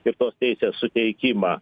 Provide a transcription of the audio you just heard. ir tos teisės suteikimą